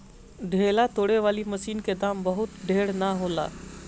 ढेला तोड़े वाली मशीन क दाम बहुत ढेर ना होला